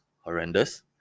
horrendous